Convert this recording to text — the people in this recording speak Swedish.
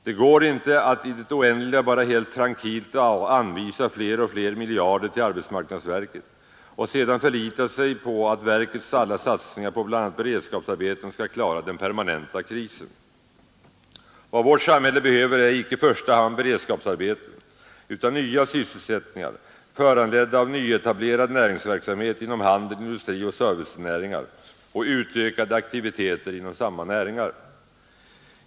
Det går inte att i det oändliga bara helt trankilt anvisa fler och fler miljarder till arbetsmarknadsverket och sedan förlita sig på att verkets alla satsningar på bl.a. beredskapsarbeten skall klara den permanenta krisen. Vad vårt samhälle behöver är icke i första hand beredskapsarbeten utan nya sysselsättningar, föranledda av nyetablerad näringsverksamhet inom handel, industri och servicenäringar, och utökade aktiviteter inom samma näringar.